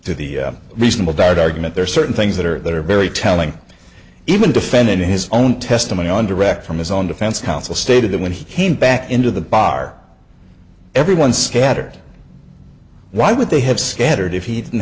to the reasonable doubt argument there are certain things that are that are very telling even defending his own testimony on direct from his own defense counsel stated that when he came back into the bar everyone scattered why would they have scattered if he didn't